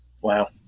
Wow